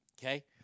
Okay